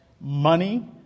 money